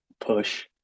push